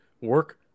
Work